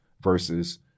versus